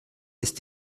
ist